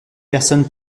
personne